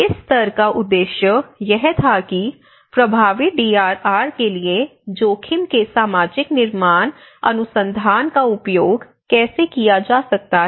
इस सत्र का उद्देश्य यह था कि प्रभावी डीआरआर के लिए जोखिम के सामाजिक निर्माण अनुसंधान का उपयोग कैसे किया जा सकता है